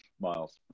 miles